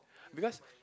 because